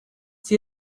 she